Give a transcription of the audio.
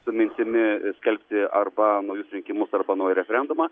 su mintimi skelbti arba naujus rinkimus arba naują referendumą